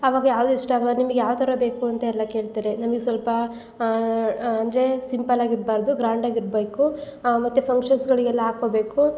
ಅವಾಗ ಯಾವುದು ಇಷ್ಟ ಆಗಲ್ಲ ನಿಮ್ಗೆ ಯಾವ ಥರ ಬೇಕು ಅಂತ ಎಲ್ಲ ಕೇಳ್ತಾರೆ ನಮಗೆ ಸ್ವಲ್ಪ ಅಂದರೆ ಸಿಂಪಲಾಗಿ ಇರ್ಬಾರದು ಗ್ರ್ಯಾಂಡಾಗಿ ಇರಬೇಕು ಮತ್ತು ಫಂಕ್ಷನ್ಸ್ಗಳಿಗೆಲ್ಲ ಹಾಕೊಬೇಕು